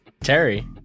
Terry